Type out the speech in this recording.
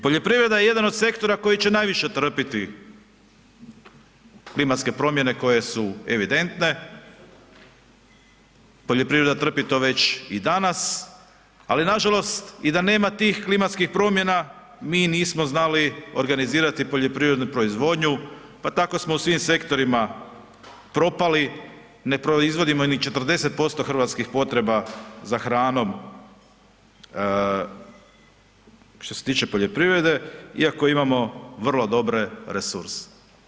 Poljoprivreda je jedan od sektora koji će najviše trpiti klimatske promjene koje su evidentne, poljoprivreda trpi to već i danas, ali nažalost i da nema tih klimatskih promjena mi nismo znali organizirati poljoprivrednu proizvodnju, pa tako smo u svim sektorima propali, ne proizvodimo ni 40% hrvatskih potreba za hranom što se tiče poljoprivrede iako imamo vrlo dobre resurse.